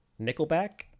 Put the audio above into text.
nickelback